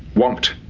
want.